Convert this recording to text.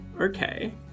Okay